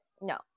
No